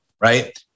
right